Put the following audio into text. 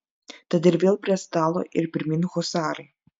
tad ir vėl prie stalo ir pirmyn husarai